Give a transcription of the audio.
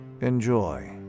Enjoy